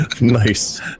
nice